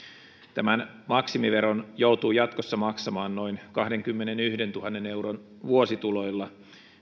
tämän maksimiveron joutuu jatkossa maksamaan noin kahdenkymmenentuhannen euron vuosituloilla